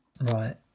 Right